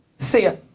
see ya.